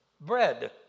Bread